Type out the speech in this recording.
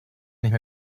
nicht